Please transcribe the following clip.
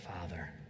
father